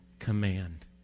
command